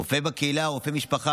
רופא בקהילה או רופא משפחה,